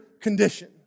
condition